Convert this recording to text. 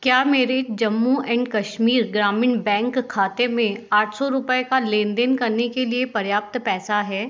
क्या मेरे जम्मू एंड कश्मीर ग्रामीण बैंक खाते में आठ सौ रुपये का लेनदेन करने के लिए पर्याप्त पैसा है